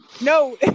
no